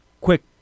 quick